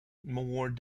more